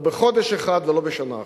לא בחודש אחד ולא בשנה אחת.